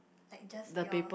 like just your